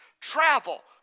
travel